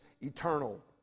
eternal